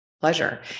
pleasure